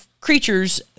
creatures